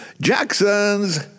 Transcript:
Jackson's